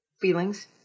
feelings